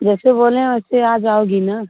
जैसे बोले हैं वैसे आ जाओगी न